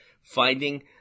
finding